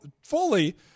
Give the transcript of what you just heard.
fully